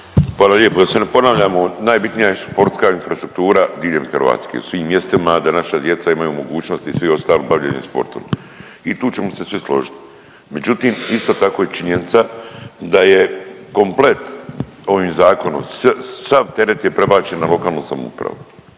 Hvala lijepo. Da se ne ponavljamo, najbitnija je sportska infrastruktura diljem Hrvatska u svim mjestima da naša djeca imaju mogućnosti i svi ostali bavljenje sportom i tu ćemo se svi složit. Međutim, isto tako je činjenica da je komplet ovim zakonom, sav teret je prebačen na lokalnu samoupravu,